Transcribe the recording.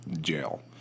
jail